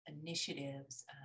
initiatives